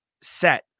set